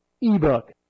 eBook